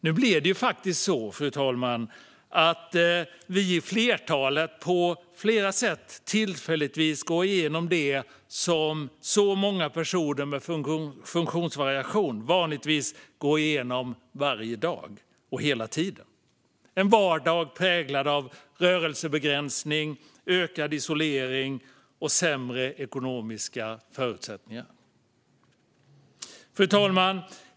Nu blir det faktiskt så, fru talman, att vi i flertalet på flera sätt tillfälligtvis går igenom det som så många personer med funktionsvariation vanligtvis går igenom varje dag, hela tiden - en vardag präglad av rörelsebegränsning, ökad isolering och sämre ekonomiska förutsättningar. Fru talman!